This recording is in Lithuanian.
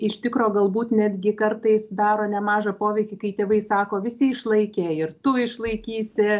iš tikro galbūt netgi kartais daro nemažą poveikį kai tėvai sako visi išlaikė ir tu išlaikysi